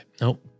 Nope